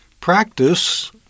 practice